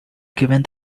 given